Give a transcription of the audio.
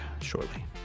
shortly